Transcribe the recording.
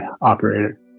operator